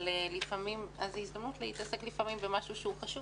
אז זו הזדמנות להתעסק במשהו שהוא חשוב,